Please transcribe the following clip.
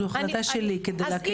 כדי להקל בדיון, זו החלטה שלי.